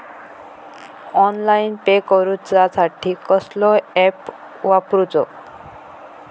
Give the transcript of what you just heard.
Online pay करूचा साठी कसलो ऍप वापरूचो?